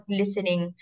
listening